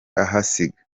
ahasiga